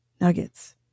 nuggets